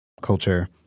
culture